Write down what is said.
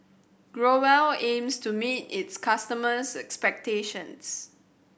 Growell aims to meet its customers expectations